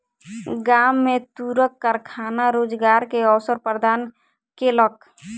गाम में तूरक कारखाना रोजगार के अवसर प्रदान केलक